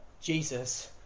Jesus